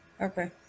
Okay